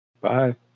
bye